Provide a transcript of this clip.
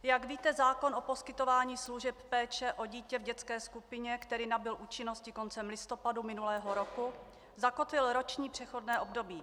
Jak víte, zákon o poskytování služeb péče o dítě v dětské skupině, který nabyl účinnosti koncem listopadu minulého roku, zakotvil roční přechodné období.